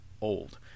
old